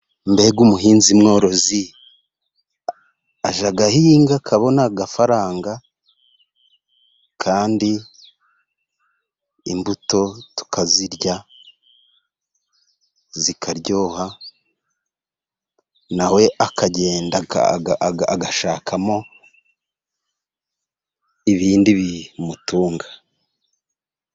Mbega umuhinzi mworozi! Ajya ahinga akabona agafaranga, kandi imbuto tukazirya zikaryoha, na we akagenda agashakamo ibindi bimutunga.